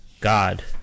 god